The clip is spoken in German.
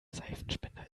seifenspender